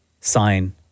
sign